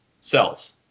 cells